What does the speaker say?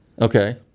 Okay